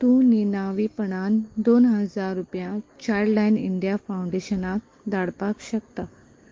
तूं निनावीपणान दोन हजार रुपया चायल्डलायन इंडिया फाउंडेशनाक धाडपाक शकता